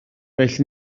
well